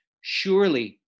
surely